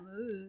move